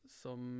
som